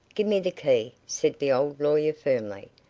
give me the key, said the old lawyer firmly,